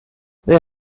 they